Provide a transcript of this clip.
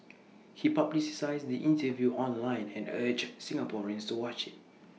he publicised the interview online and urged Singaporeans to watch IT